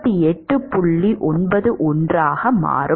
91 ஆக மாறும்